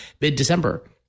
mid-December